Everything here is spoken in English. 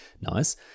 Nice